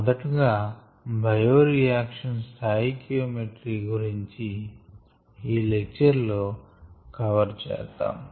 మొదటగా bioreaction stoichiometry గురించి ఈ లెక్చర్ లో కవర్ చేద్దాం